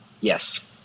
Yes